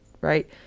right